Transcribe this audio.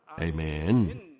Amen